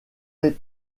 les